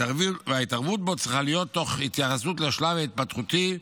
וההתערבות בו צריכה להיות תוך התייחסות לשלב ההתפתחותי,